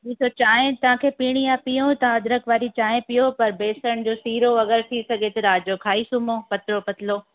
उहा त चांहि तव्हांखे पीअणी आहे पीओ तव्हां अदरक वारी चांहि पीओ पर बेसड़ जो सीरो वग़ैरह थी सघे त राति जो खाई सुम्हो पतलो पतलो